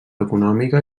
econòmica